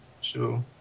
Sure